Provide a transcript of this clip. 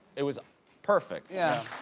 it was perfect. yeah.